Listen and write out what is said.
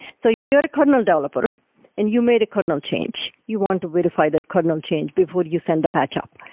so if you're a kernel developer and you made a kernel change, you want to verify that kernel change before you send the patch up.